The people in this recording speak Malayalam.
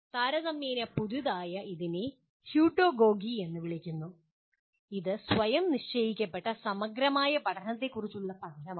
ഇപ്പോൾ താരതമ്യേന പുതുതായ ഇതിനെ "ഹ്യൂട്ടഗോഗി" എന്ന് വിളിക്കുന്നു ഇത് സ്വയം നിശ്ചയിക്കപ്പെട്ട സമഗ്രമായ പഠനത്തെക്കുറിച്ചുള്ള പഠനമാണ്